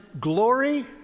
glory